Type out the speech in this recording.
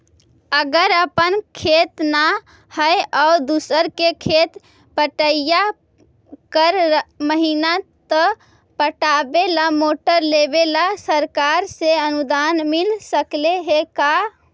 अगर अपन खेत न है और दुसर के खेत बटइया कर महिना त पटावे ल मोटर लेबे ल सरकार से अनुदान मिल सकले हे का?